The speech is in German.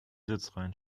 sitzreihen